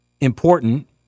important